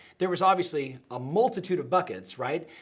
there was obviously a multitude of buckets, right?